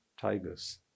Tigers